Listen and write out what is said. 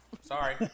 Sorry